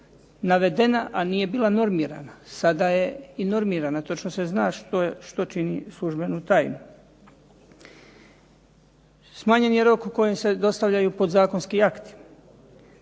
navedena, a nije bila normirana. Sada je i normirana. Točno se zna što čini službenu tajnu. Smanjen je rok u kojem se dostavljaju podzakonski akti.